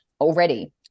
already